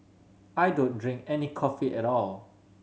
I don't drink any coffee at all